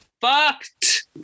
fucked